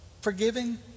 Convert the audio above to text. forgiving